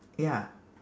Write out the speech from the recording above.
ya